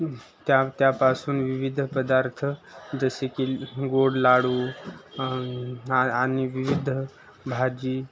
त्या त्यापासून विविध पदार्थ जसे की गोड लाडू आणि विविध भाजी